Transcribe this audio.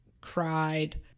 cried